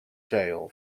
jail